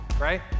right